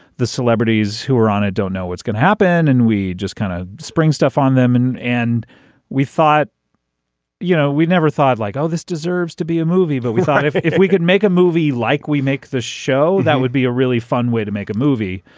the celebrities who are on it don't know what's going to happen and we just kind of spring stuff on them and and we thought you know we'd never thought like oh this deserves to be a movie but we thought if if we could make a movie like we make the show that would be a really fun way to make a movie.